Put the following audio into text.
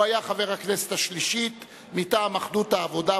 הוא היה חבר הכנסת השלישית מטעם אחדות העבודה,